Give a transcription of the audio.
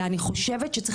אני חושבת שצריך